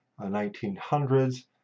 1900s